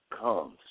comes